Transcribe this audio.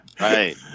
Right